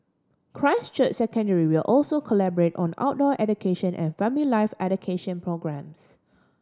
Christ Church Secondary will also collaborate on outdoor education and family life education programmes